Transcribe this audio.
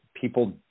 people